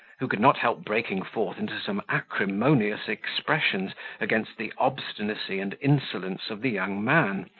who could not help breaking forth into some acrimonious expressions against the obstinacy and insolence of the young man,